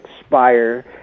expire